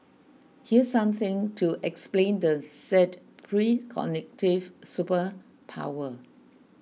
here's something to explain the said precognitive superpower